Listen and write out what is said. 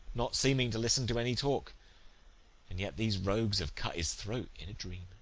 not seeming to listen to any talk and yet these rogues have cut his throat in a dream.